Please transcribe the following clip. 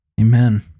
amen